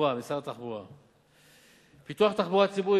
משרד התחבורה: 8. פיתוח תחבורה ציבורית